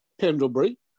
Pendlebury